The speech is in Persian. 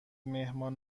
مهمان